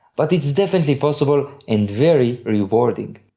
but it's definitely possible and very rewarding.